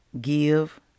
give